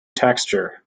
texture